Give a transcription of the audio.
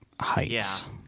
heights